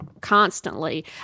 constantly